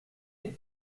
est